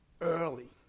early